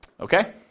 okay